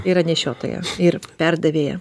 yra nešiotoja ir perdavėja